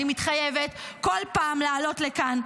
אני מתחייבת בכל פעם לעלות לכאן,